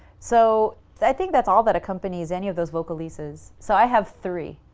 so i think that's all that accompanies any of those vocal leases. so i have three.